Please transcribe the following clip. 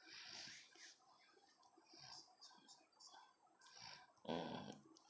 mm